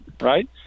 right